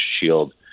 shield